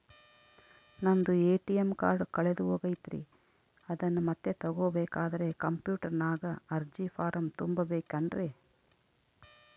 ನಂದು ATM card ಕಳೆದು ಹೋಗೈತ್ರಿ ಅದನ್ನು ಮತ್ತೆ ತಗೋಬೇಕಾದರೆ ಕಂಪ್ಯೂಟರ್ ನಾಗ ಅರ್ಜಿ ಫಾರಂ ತುಂಬಬೇಕನ್ರಿ?